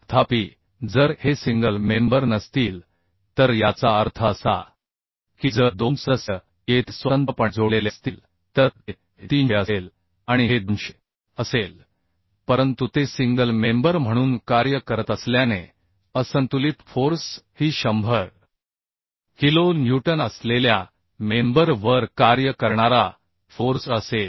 तथापि जर हे सिंगल मेंबर नसतील तर याचा अर्थ असा की जर 2 सदस्य येथे स्वतंत्रपणे जोडलेले असतील तर ते 300 असेल आणि हे 200 असेल परंतु ते सिंगल मेंबर म्हणून कार्य करत असल्याने असंतुलित फोर्स ही 100 किलो न्यूटन असलेल्या मेंबर वर कार्य करणारा फोर्स असेल